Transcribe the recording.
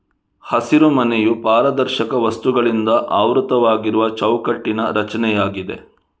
ಹಸಿರುಮನೆಯು ಪಾರದರ್ಶಕ ವಸ್ತುಗಳಿಂದ ಆವೃತವಾಗಿರುವ ಚೌಕಟ್ಟಿನ ರಚನೆಯಾಗಿದೆ